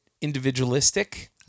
individualistic